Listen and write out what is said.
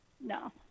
No